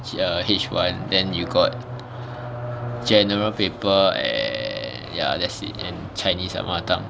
err H one then you got general paper and ya that's it and chinese lah mother tongue